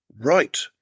Right